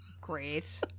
Great